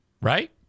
right